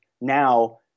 now